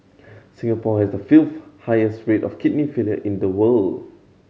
Singapore has the fifth highest rate of kidney failure in the world